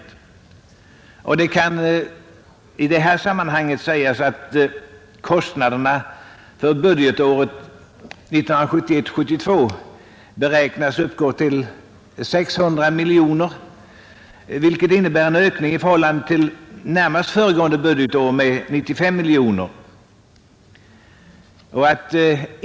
Kostnaderna för arbetsmarknadsutbildning beräknas för budgetåret 1971/72 uppgå till 600 miljoner kronor, vilket i förhållande till närmast föregående budgetår innebär en ökning med 95 miljoner kronor.